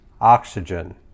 oxygen